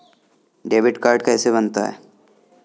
Debit card कैसे बनता है?